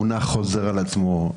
מונח שחוזר על עצמו,